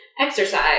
exercise